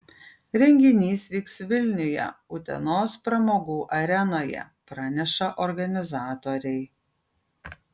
renginys vyks vilniuje utenos pramogų arenoje praneša organizatoriai